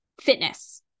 fitness